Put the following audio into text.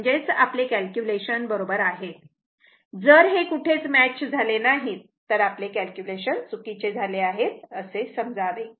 म्हणजेच आपले कॅलक्युलेशन बरोबर आहेत जर हे कुठे मॅच झाले नाहीत तर आपले कॅल्क्युलेशन चुकीचे झाले आहेत असे समजावे